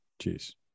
Cheers